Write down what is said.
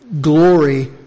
glory